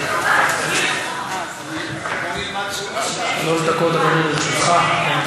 שלוש דקות, אדוני, לרשותך.